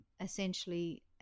essentially